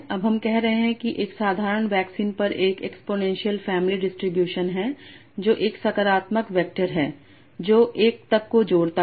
अब हम कह रहे हैं कि यह एक साधारण वैक्सीन पर एक एक्सपोनेंशियल फॅमिली डिस्ट्रीब्यूशन है जो एक सकारात्मक वैक्टर है जो 1 तक जोड़ता है